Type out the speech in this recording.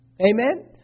Amen